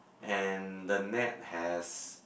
and the net has